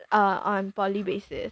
uh on poly basis